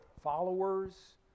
Followers